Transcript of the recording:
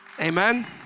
Amen